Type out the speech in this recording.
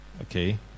Okay